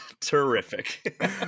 terrific